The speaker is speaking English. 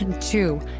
two